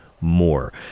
more